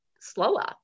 slower